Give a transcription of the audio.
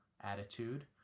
attitude